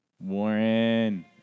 Warren